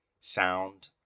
sound